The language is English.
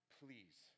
please